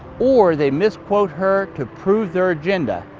or they misquote her to prove their agenda.